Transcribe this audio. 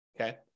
okay